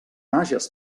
hages